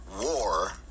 war